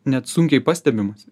net sunkiai pastebimas